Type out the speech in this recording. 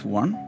one